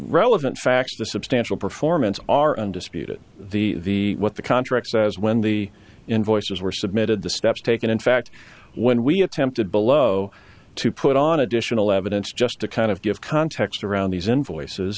relevant facts the substantial performance are undisputed the what the contract says when the invoices were submitted the steps taken in fact when we attempted below to put on additional evidence just to kind of give context around these invoices